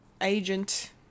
agent